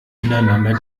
ineinander